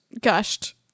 gushed